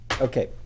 Okay